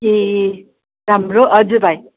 ए राम्रो हजुर भाइ